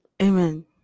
Amen